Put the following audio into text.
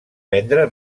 prendre